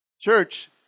Church